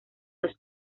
los